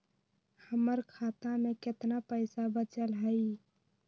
हमर खाता में केतना पैसा बचल हई?